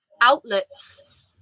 outlets